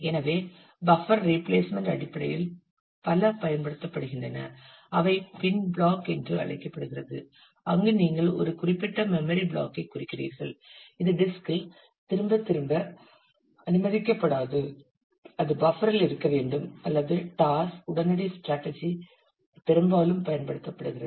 எனவே buffer replacement அடிப்படையில் பல பயன்படுத்தப்படுகின்றன அவை பின் பிளாக் என்று அழைக்கப்படுகிறது அங்கு நீங்கள் ஒரு குறிப்பிட்ட மெம்மரி பிளாக் ஐ குறிக்கிறீர்கள் இது டிஸ்க் இல் திரும்பத் திரும்ப அனுமதிக்கப்படாது அது பஃப்பரில் இருக்க வேண்டும் அல்லது டாஸ் உடனடி ஸ்ட்ராடஜி பெரும்பாலும் பயன்படுத்தப்படுகிறது